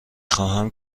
خواهم